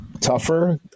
tougher